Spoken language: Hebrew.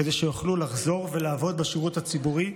כדי שיוכלו לחזור ולעבוד בשירות הציבורי?